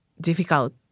Difficult